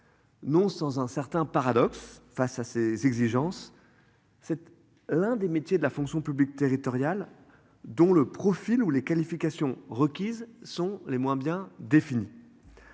Non sans un certain paradoxe face à ces exigences. C'est l'un des métiers de la fonction publique territoriale dont le profil ou les qualifications requises sont les moins bien défini.